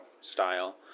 style